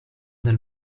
del